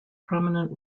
prominent